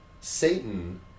Satan